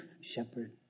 shepherd